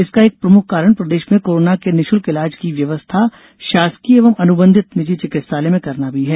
इसका एक प्रमुख कारण प्रदेश में कोरोना के निःशुल्क इलाज की व्यवस्था शासकीय एवं अनुबंधित निजी चिकित्सालय में करना भी है